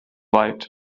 weit